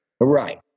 Right